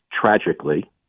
Tragically